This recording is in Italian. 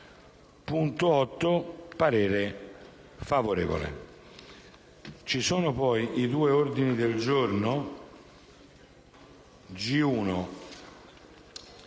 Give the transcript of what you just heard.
esprimo parere favorevole. Vi sono poi i due ordini del giorno